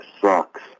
sucks